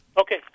Okay